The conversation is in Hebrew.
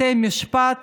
בתי המשפט